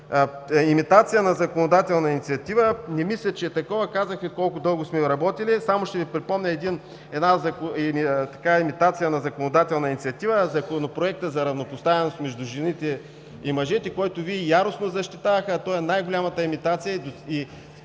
Имитация на законодателна инициатива – не мисля, че е такова, казах Ви колко дълго сме работили. Само ще Ви припомня за една имитация на законодателна инициатива – Законопроекта за равнопоставеност между жените и мъжете, който Вие яростно защитавахте, а той е най-голямата имитация